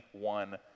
one